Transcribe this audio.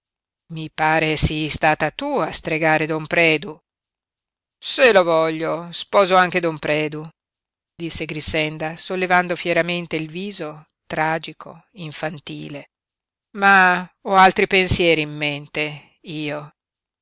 i pare sii stata tu a stregare don predu se lo voglio sposo anche don predu disse grixenda sollevando fieramente il viso tragico infantile ma ho altri pensieri in mente io